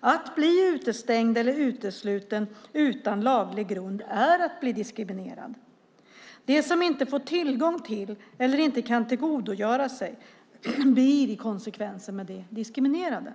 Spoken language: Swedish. Att bli utestängd eller utesluten utan laglig grund är att bli diskriminerad. Att inte få tillgång till eller inte kunna tillgodogöra sig blir konsekvensen av diskrimineringen.